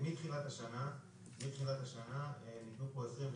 מתחילת השנה ניתנו 23